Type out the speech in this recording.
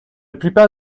plupart